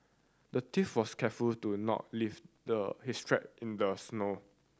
the thief was careful to not leave the his track in the snow